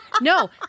No